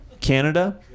Canada